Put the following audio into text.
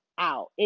out